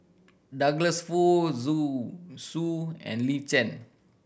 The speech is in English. Douglas Foo Zu Su and Lin Chen